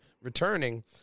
returning